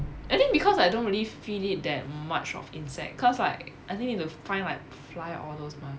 I think because I don't really feed it that much of insect cause like I think need to find like fly all those mah